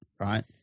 right